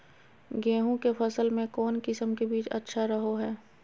गेहूँ के फसल में कौन किसम के बीज अच्छा रहो हय?